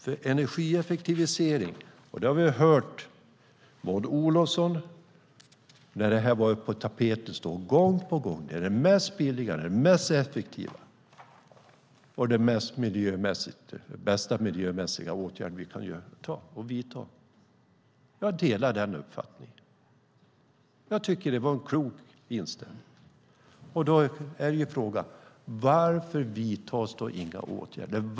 När det var på tapeten sade Maud Olofsson gång på gång att energieffektivisering är den biligaste, mest effektiva och bästa miljöåtgärd vi kan vidta. Jag delar den uppfattningen. Det var en klok inställning. Varför vidtas då inga åtgärder?